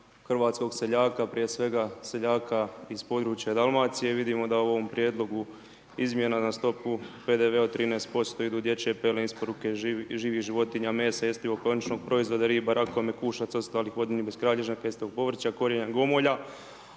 hrvatskog seljaka, prije svega seljaka iz područja Dalmacije, vidimo da u ovom prijedlogu izmjena na stupu PDV-a od 13% idu dječje pelene, isporuke živih životinja, mesa, jestivog .../Govornik se ne razumije./... proizvoda, riba, rakova, mekušaca, ostalih vodenih beskralježnjaka, .../Govornik se